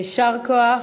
יישר כוח.